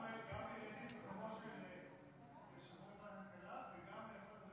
גם מילאתי את מקומו של יושב-ראש ועדת הכלכלה וגם אני יכול לדבר